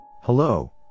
Hello